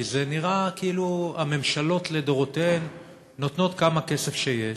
כי זה נראה כאילו הממשלות לדורותיהן נותנות כמה כסף שיש.